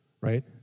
right